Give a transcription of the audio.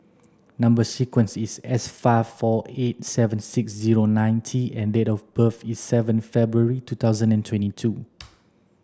number sequence is S five four eight seven six zero nine T and date of birth is seventh February two thousand and twenty two